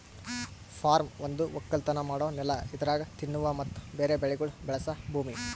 form ಒಂದು ಒಕ್ಕಲತನ ಮಾಡೋ ನೆಲ ಇದರಾಗ್ ತಿನ್ನುವ ಮತ್ತ ಬೇರೆ ಬೆಳಿಗೊಳ್ ಬೆಳಸ ಭೂಮಿ